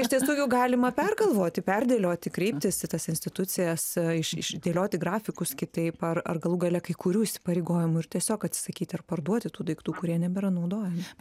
iš tiesų juk galima pergalvoti perdėlioti kreiptis į tas institucijas iš iš dėlioti grafikus kitaip ar ar galų gale kai kurių įsipareigojimų ir tiesiog atsisakyt ar parduoti tų daiktų kurie nebėra naudojami